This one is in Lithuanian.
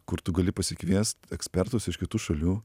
kur tu gali pasikviest ekspertus iš kitų šalių